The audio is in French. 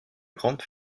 grand